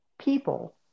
people